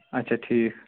اچھا ٹھیٖک